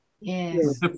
Yes